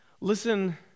Listen